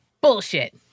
Bullshit